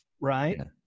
right